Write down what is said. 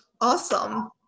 Awesome